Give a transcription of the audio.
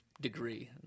degree